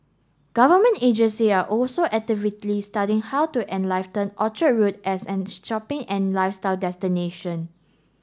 government agency are also actively studying how to Orchard Road as an shopping and lifestyle destination